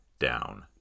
down